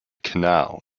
canal